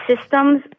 systems